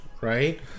right